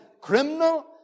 criminal